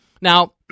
Now